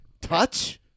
Touch